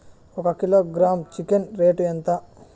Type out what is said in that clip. ఒక kilogram chicken rate ఎంత?